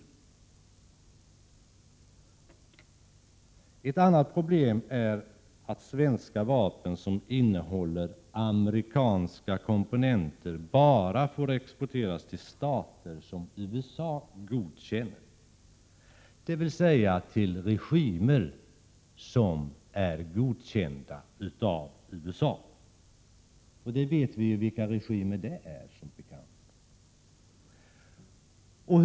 Ett annat problem är att svenska vapen som innehåller amerikanska komponenter bara får exporteras till stater som USA godkänner, dvs. till regimer som USA stödjer — och vilka de är vet vi ju.